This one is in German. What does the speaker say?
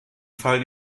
fall